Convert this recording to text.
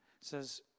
says